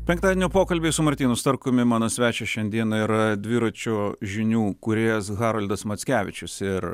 penktadienio pokalbiai su martynu starkumi mano svečias šiandieną yra dviračio žinių kūrėjas haroldas mackevičius ir